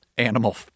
animal